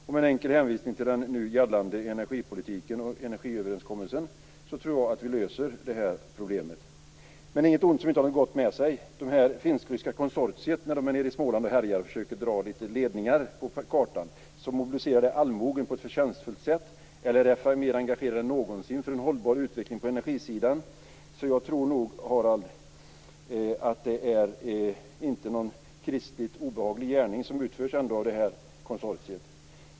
Med en enkel hänvisning till den nu gällande energipolitiken och energiöverenskommelsen tror jag att vi löser det här problemet. Men inget ont som inte har något gått med sig. När det finsk-ryska konsortiet är i Småland och härjar och försöker dra lite ledningar på kartan mobiliserar det allmogen på ett förtjänstfullt sätt. LRF är mer engagerat än någonsin för en hållbar utveckling på energisidan, så jag tror nog, Harald, att det inte är någon kristelig obehaglig gärning som utförs av konsortiet.